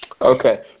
Okay